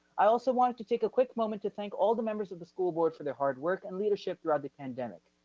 i also wanted to take a quick moment to thank all the members of the school board for their hard work and leadership throughout the pandemic.